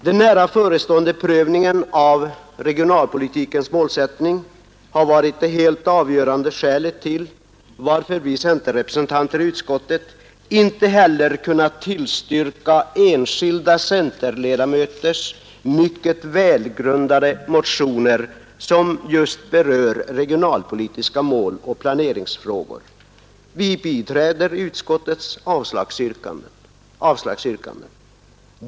Den nära förestående prövningen av regionalpolitikens målsättning har varit det helt avgörande skälet till att vi centerrepresentanter i utskottet inte heller kunnat tillstyrka enskilda centerledamöters mycket välgrundade motioner som just berör regionalpolitiska måloch planeringsfrågor. Vi biträder utskottets avslagsyrkanden.